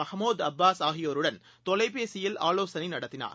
மஹ்மூத்அப்பாஸ்ஆகியோருடன்தொலைபேசியில்ஆலோசனைநடத்தினார்